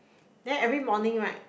then every morning right